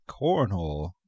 Cornhole